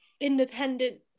independent